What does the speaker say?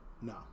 No